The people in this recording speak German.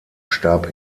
starb